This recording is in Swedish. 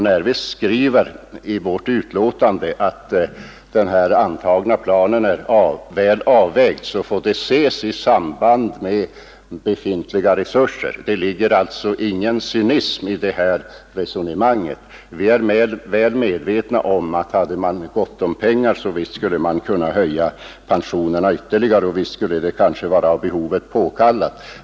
När vi skriver i vårt betänkande att den antagna planen är väl avvägd, så får det ses mot bakgrunden av befintliga resurser, och det ligger ingen cynism i det resonemanget. Vi är väl medvetna om att hade man gott om pengar, så visst skulle man kunna höja pensionerna ytterligare och visst skulle det kunna vara av behovet påkallat.